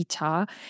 ita